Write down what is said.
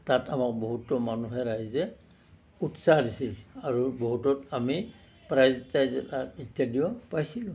তাত আমাক বহুতো মানুহে ৰাইজে উৎসাহ দিছিল আৰু বহুতত আমি প্ৰাইজ টাইজ ইত্যাদিও আমি পাইছিলো